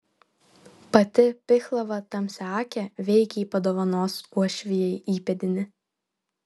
pati pihlava tamsiaakė veikiai padovanos uošvijai įpėdinį